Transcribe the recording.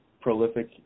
prolific